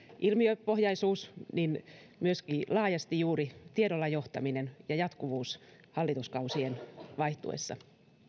ilmiöpohjaisuus myöskin laajasti juuri tiedolla johtaminen ja jatkuvuus hallituskausien vaihtuessa